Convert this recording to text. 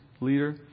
leader